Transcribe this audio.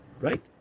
right